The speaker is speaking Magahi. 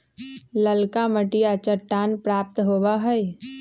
ललका मटिया चट्टान प्राप्त होबा हई